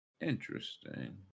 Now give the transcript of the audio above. Interesting